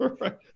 Right